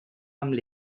amb